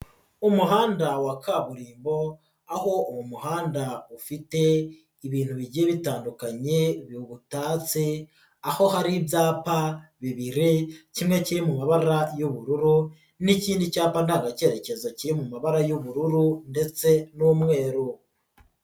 Umuhanda wa kaburimbo aho uwo muhanda ufite ibintu bigiye bitandukanye biwutatse, aho hari ibyapa bibiri kimwe kiri mu mabara y'ubururu n'ikindi cyapa ndanga cyerekezo kiri mu mabara y'ubururu ndetse n'umweru.